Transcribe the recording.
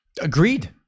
Agreed